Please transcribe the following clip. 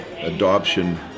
adoption